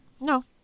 No